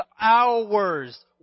hours